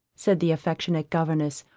said the affectionate governess,